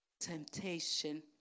temptation